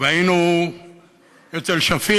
והיינו אצל שכיב